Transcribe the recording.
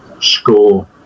score